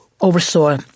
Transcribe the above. oversaw